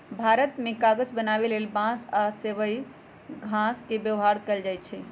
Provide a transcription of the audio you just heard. भारत मे कागज बनाबे लेल बांस आ सबइ घास के व्यवहार कएल जाइछइ